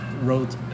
wrote